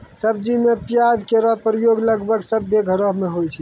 सब्जी में प्याज केरो प्रयोग लगभग सभ्भे घरो म होय छै